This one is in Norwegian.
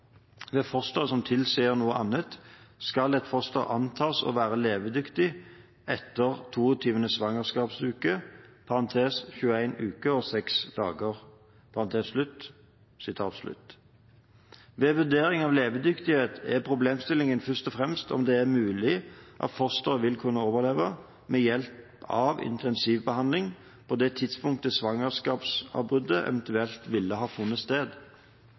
ved fosteret som tilsier noe annet, skal et foster antas å være levedyktig etter 22. svangerskapsuke Ved vurdering av levedyktighet er problemstillingen først og fremst om det er mulig at fosteret vil kunne overleve ved hjelp av intensivbehandling på det tidspunktet svangerskapsavbruddet eventuelt ville ha funnet sted.